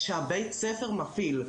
הלחץ שבית הספר מפעיל.